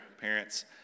parents